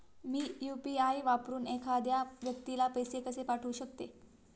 मी UPI वापरून एखाद्या व्यक्तीला पैसे कसे पाठवू शकते?